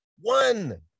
one